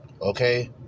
Okay